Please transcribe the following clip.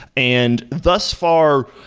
and thus far,